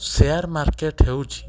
share market ହେଉଛି